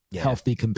healthy